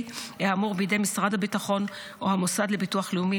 האמור בידי משרד הביטחון או המוסד לביטוח לאומי,